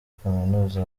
kaminuza